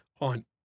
on